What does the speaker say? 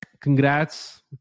congrats